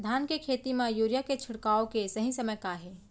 धान के खेती मा यूरिया के छिड़काओ के सही समय का हे?